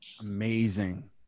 Amazing